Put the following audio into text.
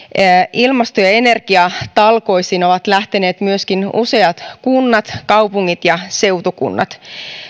ilmasto ja energiatalkoisiin ovat lähteneet myöskin useat kunnat kaupungit ja seutukunnat